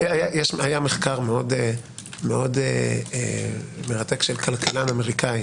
היה מחקר מאוד מרתק של כלכלן אמריקאי